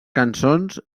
cançons